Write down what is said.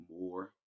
more